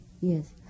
Yes